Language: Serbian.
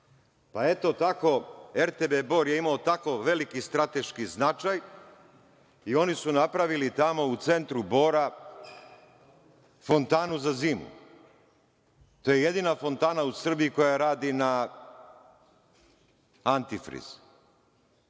pa eto tako RTB Bor je imao tako veliki strateški značaj i oni su napravili tamo u centru Bora fontanu za zimu. To je jedina fontana u Srbiji koja radi na antifriz.